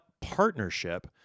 partnership